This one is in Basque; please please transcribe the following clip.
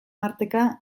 marteka